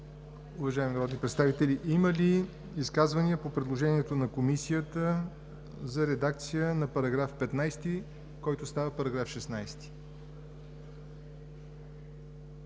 Уважаеми народни представители, има ли изказвания по предложението на Комисията за редакция на § 15, който става § 16?